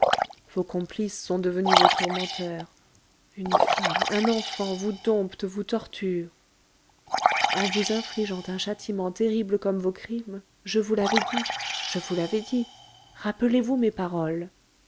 vos complices sont devenus vos tourmenteurs une femme un enfant vous domptent vous torturent en vous infligeant un châtiment terrible comme vos crimes je vous l'avais dit je vous l'avais dit rappelez-vous mes paroles